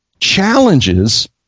challenges